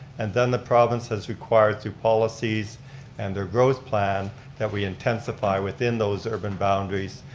and then the province has required through policies and their growth plan that we intensify within those urban boundaries,